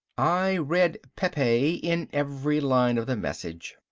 i read pepe in every line of the message.